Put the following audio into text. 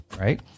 right